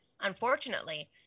Unfortunately